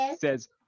says